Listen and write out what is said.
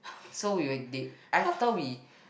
so we were they after we